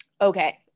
Okay